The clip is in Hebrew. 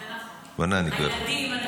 זה נכון, הילדים והנכדים.